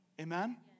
Amen